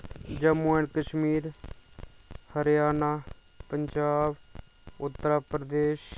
Jammu and Kashmir Haryana Punjab Uttar Pradesh